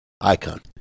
icon